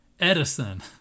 Edison